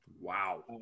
wow